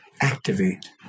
activate